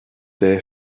there